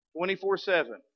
24-7